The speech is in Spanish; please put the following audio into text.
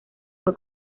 fue